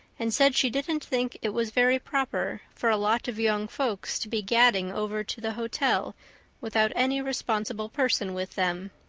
and said she didn't think it was very proper for a lot of young folks to be gadding over to the hotel without any responsible person with them.